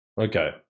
Okay